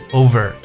over